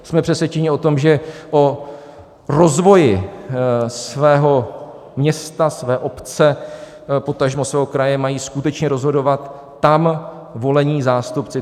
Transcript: Jsme přesvědčeni o tom, že o rozvoji svého města, své obce, potažmo svého kraje mají skutečně rozhodovat tam volení zástupci.